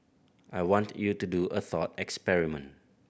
I want you to do a thought experiment